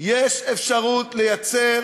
יש אפשרות לייצר